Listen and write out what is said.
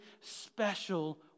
special